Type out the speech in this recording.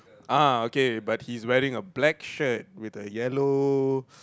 ah okay but he's wearing a black shirt with a yellow